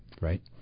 right